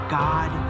god